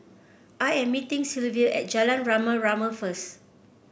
I am meeting Silvia at Jalan Rama Rama first